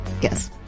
Yes